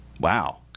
Wow